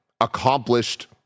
accomplished